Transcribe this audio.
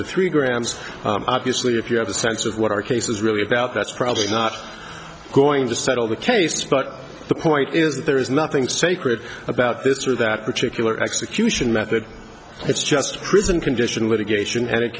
to three grams obviously if you have a sense of what our case is really about that's probably not going to settle the case but the point is that there is nothing sacred about this or that particular execution method it's just prison condition litigation and it